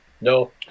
No